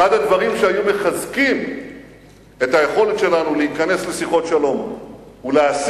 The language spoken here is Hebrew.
אחד הדברים שהיו מחזקים את היכולת שלנו להיכנס לשיחות שלום ולהשיג